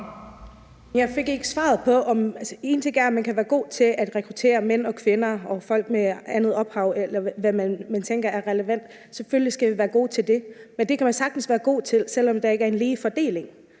Jeg fik ikke svaret på det. Én ting er, at man kan være god til at rekruttere mænd, kvinder og folk med andet ophav, eller hvad man tænker er relevant. Selvfølgelig skal vi være gode til det, men det kan man sagtens være god til, selv om der ikke er en lige fordeling.